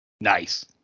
Nice